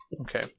Okay